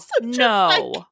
No